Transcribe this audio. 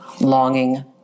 longing